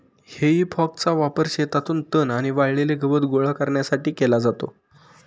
हेई फॉकचा वापर शेतातून तण आणि वाळलेले गवत गोळा करण्यासाठी केला जातो